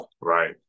right